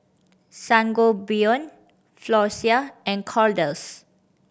Sangobion Floxia and Kordel's